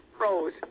Rose